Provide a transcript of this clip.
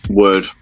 word